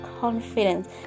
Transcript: confidence